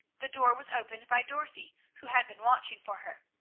the door was opened by dorothy, who had been watching for her.